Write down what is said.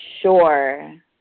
sure